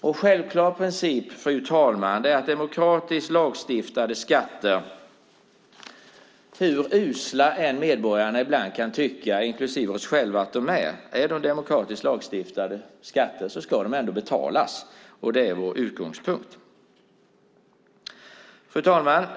En självklar princip är att demokratiskt lagstiftade skatter - hur usla än medborgarna, inklusive oss själva, ibland kan tycka att de är - ändå ska betalas. Det är vår utgångspunkt. Fru talman!